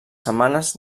setmanes